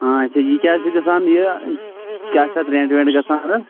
اچھا یہِ کیاہ حظ چھِ گژھان یہِ کیاہ چھِ اَتھ ریٹ ویٹ گَژھان حظ